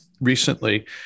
recently